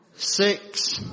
Six